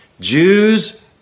Jews